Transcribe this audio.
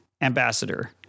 ambassador